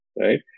right